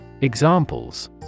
Examples